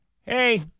Hey